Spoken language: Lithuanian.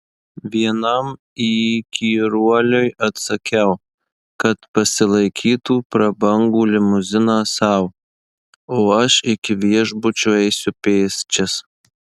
vienam įkyruoliui atsakiau kad pasilaikytų prabangų limuziną sau o aš iki viešbučio eisiu pėsčias